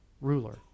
ruler